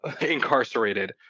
incarcerated